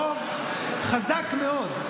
רוב חזק מאוד.